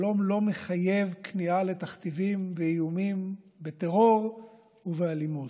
שלום לא מחייב כניעה לתכתיבים ואיומים בטרור ובאלימות.